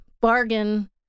bargain